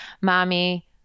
mommy